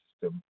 system